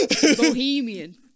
Bohemian